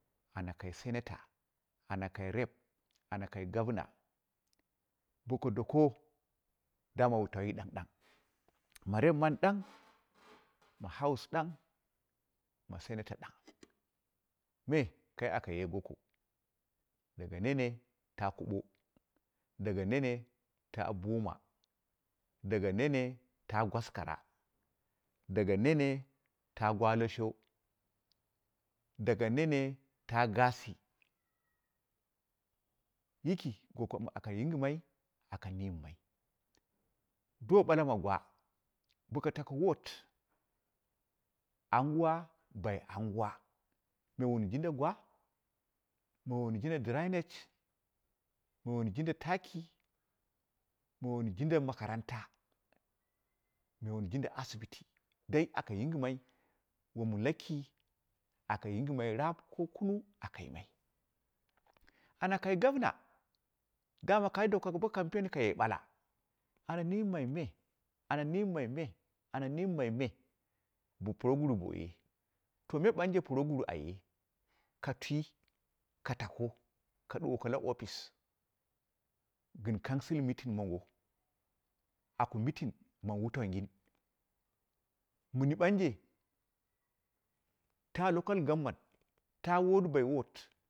Ana kai member, ana kai senator ana kai rep, ana kai gomna boko doko daman wutauwi ɗang ɗang ma reo mani ɗang, ma house ɗang ma senator ɗang, me kai aka ye goko daga nene taa kubo, daga nene taa buma, daga nene taa gwaskara, daga nene taa da gwalasho, daga nene taa gasi, yiki gokom aka yingɨma aka niima. Do ɓala ma gwa anguwa by anguwa, bo wun jinda gwa, bo wun jinda draindge, bowun jinda taki, bowun jinda makarata me wun jinda asibiti dai aka yingɨma wom laki aka yingɨmai raap ko kunung aka yimai ana ka gomna daman kai doka bo campaign koye ɓala ana nimai me, ana niimai me, ana nii mai me bo puroguru boye, me ɓanje puroguru a ye a twi ka tako kai ɗuwoko la office gɨn council meeting mongo, laku meeting ma wutaungin mɨni ɓanje taa local government, taa word by ward.